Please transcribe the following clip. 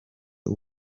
uwo